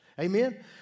Amen